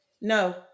No